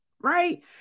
right